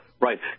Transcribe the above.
right